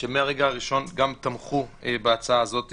שמהרגע הראשון תמכו בהצעה הזו,